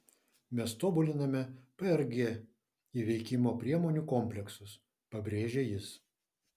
mes tobuliname prg įveikimo priemonių kompleksus pabrėžė jis